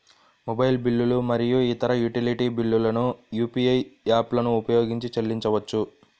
mobile బిల్లులు మరియు ఇతర యుటిలిటీ బిల్లులను యూ.పీ.ఐ యాప్లను ఉపయోగించి చెల్లించవచ్చు